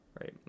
right